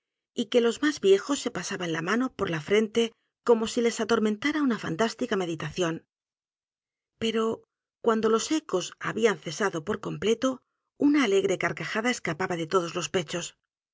y que los más viejos se pasaban la mano por la frente como si les atormentara una fantástica meditación pero cuando los ecos habían cesado por completo una alegre carcajada escapaba de todos la